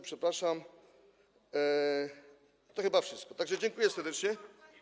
Przepraszam, to chyba wszystko, tak że dziękuję serdecznie.